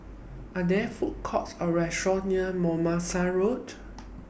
Are There Food Courts Or Restaurant near Mimosa Road